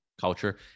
culture